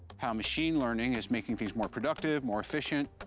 how machine learning is making things more productive, more efficient,